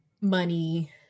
money